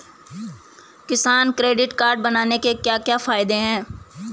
किसान credit card बनाने के क्या क्या फायदे हैं?